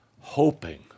hoping